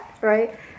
right